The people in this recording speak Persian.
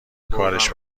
کارش